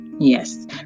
yes